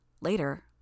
Later